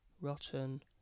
Rotten